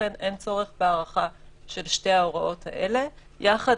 לכן אין צורך בהארכה של שתי ההוראות האלה יחד